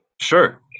Sure